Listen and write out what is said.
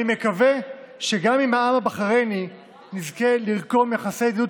אני מקווה שגם עם העם הבחרייני נזכה לרקום יחסי ידידות